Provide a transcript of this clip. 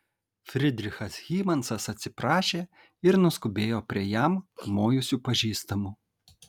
frydrichas hymansas atsiprašė ir nuskubėjo prie jam mojusių pažįstamų